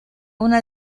una